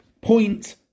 point